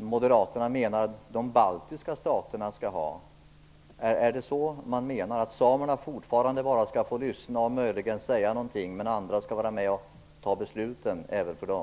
Moderaterna menar att de baltiska staternas företrädare skall ha. Menar Moderaterna att samerna fortfarande bara skall få lyssna och möjligen säga något, men andra skall vara med och fatta besluten även för dem?